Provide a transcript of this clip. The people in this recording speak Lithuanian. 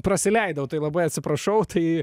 prasileidau tai labai atsiprašau tai